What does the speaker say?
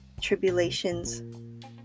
tribulations